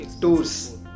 tours